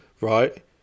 right